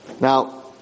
Now